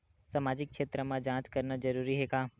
सामाजिक क्षेत्र म जांच करना जरूरी हे का?